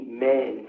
Amen